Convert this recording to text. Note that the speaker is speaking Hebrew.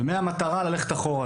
ומהמטרה ללכת אחורה,